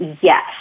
Yes